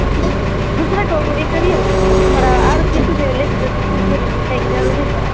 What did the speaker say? اچھا دوسرا کو بھی کریے نا تھوڑا اور کسی سے لے کے دے دیجیے کاہے کہ جروری تھا